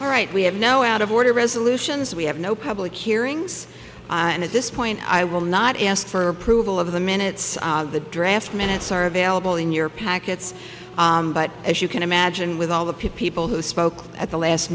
right we have now out of order resolutions we have no public hearings and at this point i will not ask for approval of the minutes the draft minutes are available in your packets but as you can imagine with all the people who spoke at the last